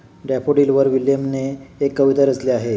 डॅफोडिलवर विल्यमने एक कविता रचली आहे